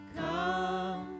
come